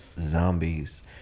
zombies